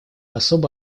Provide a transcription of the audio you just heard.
особо